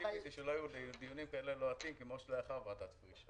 תסכימי אתי שלא היו דיונים כאלה לוהטים כמו שלאחר ועדת פריש,